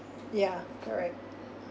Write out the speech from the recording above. yeah correct